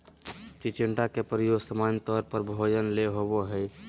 चिचिण्डा के प्रयोग सामान्य तौर पर भोजन ले होबो हइ